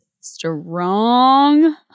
strong